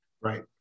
right